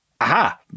aha